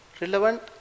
Relevant